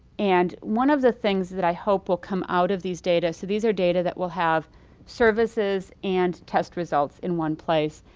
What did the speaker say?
and one of the things that i hope will come out of these data. so these are data that will have services and test results in one place.